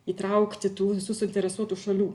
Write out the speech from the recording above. įtraukti tų visų suinteresuotų šalių